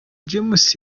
james